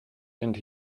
and